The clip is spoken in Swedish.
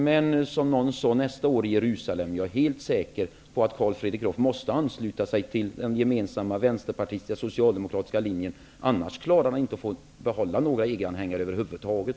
Men, som någon sade, nästa år i Jerusalem är jag helt säker på att Carl Fredrik Graf måste ansluta sig till den gemensamma vänsterpartistiska och socialdemokratiska linjen, annars klarar han inte att behålla några EG anhängare över huvud taget.